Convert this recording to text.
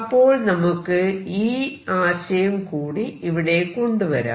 അപ്പോൾ നമുക്ക് ഈ ആശയം കൂടി ഇവിടെ കൊണ്ടുവരാം